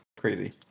crazy